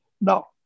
No